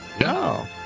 No